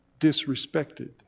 disrespected